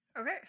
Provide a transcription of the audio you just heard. Okay